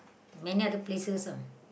many other places ah